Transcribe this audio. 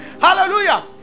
Hallelujah